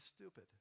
stupid